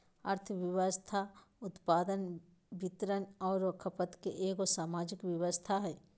अर्थव्यवस्था उत्पादन, वितरण औरो खपत के एगो सामाजिक व्यवस्था हइ